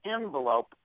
envelope